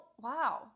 wow